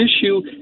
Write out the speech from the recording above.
issue